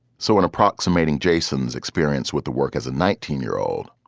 so in approximating jason's experience with the work as a nineteen year old,